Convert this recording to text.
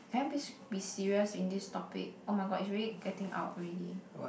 can you please be serious in this topic oh-my-god it's already getting out already